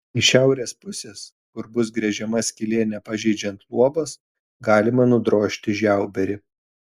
iš šiaurės pusės kur bus gręžiama skylė nepažeidžiant luobos galima nudrožti žiauberį